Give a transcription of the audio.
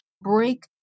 break